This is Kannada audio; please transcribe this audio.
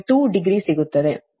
2 ಡಿಗ್ರಿ ಸಿಗುತ್ತದೆ